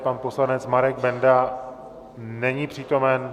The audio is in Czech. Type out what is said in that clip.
Pan poslanec Marek Benda není přítomen.